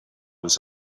was